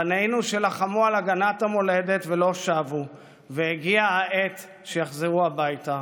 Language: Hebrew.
בנינו שלחמו על הגנת המולדת ולא שבו והגיעה העת שיחזרו הביתה,